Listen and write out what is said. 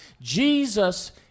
Jesus